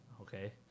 Okay